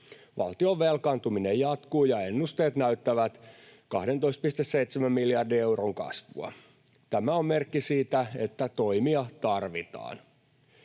Valtion velkaantuminen jatkuu, ja ennusteet näyttävät 12,7 miljardin euron kasvua. Tämä on merkki siitä, että toimia tarvitaan.